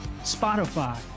Spotify